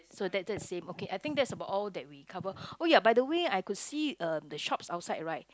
so that that is same okay I think so that's about all we covered oh ya by the way I could see uh the shops outside right